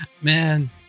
Man